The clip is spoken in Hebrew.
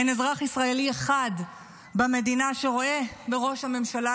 אין אזרח ישראלי אחד במדינה שרואה בראש הממשלה,